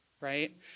right